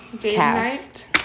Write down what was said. cast